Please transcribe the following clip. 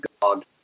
God